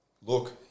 look